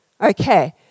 Okay